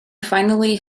finally